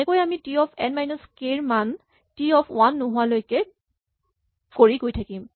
এনেকৈয়ে আমি T of n minus k ৰ মান টি অফ ৱান নোহোৱালৈকে কৰি গৈ থাকিম